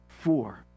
Four